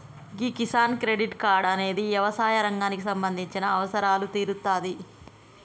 గీ Kisan credit card అనేది యవసాయ రంగానికి సంబంధించిన అవసరాలు తీరుత్తాది